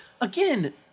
again